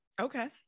okay